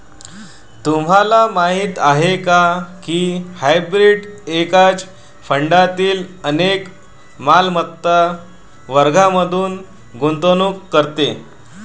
तुम्हाला माहीत आहे का की हायब्रीड एकाच फंडातील अनेक मालमत्ता वर्गांमध्ये गुंतवणूक करते?